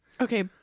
Okay